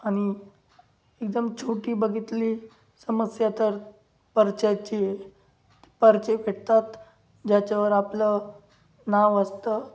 आणि एकदम छोटी बघितली समस्या तर पर्चाची आहे पर्चे भेटतात ज्याच्यावर आपलं नाव असतं